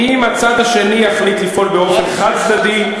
אם הצד השני יחליט לפעול באופן חד-צדדי,